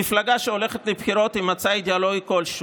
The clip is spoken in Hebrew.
מפלגה שהולכת לבחירות עם מצע אידיאולוגי כלשהו,